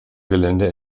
gelände